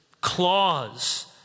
claws